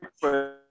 first